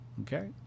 Okay